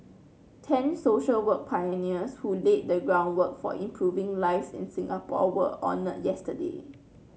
ten social work pioneers who laid the groundwork for improving lives in Singapore were honoured yesterday